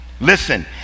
Listen